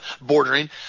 bordering